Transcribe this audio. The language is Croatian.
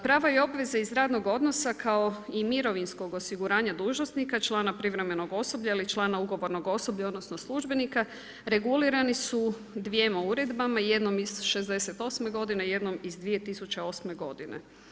Prava i obveze iz radnog odnosa kao i mirovinskog osiguranja dužnosnika, člana privremenog osoblja ili člana ugovornog osoblja, odnosno službenika regulirani su dvjema uredbama, jednom iz '68. godine, jednom iz 2008. godine.